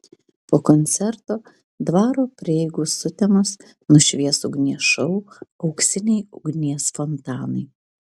po koncerto dvaro prieigų sutemas nušvies ugnies šou auksiniai ugnies fontanai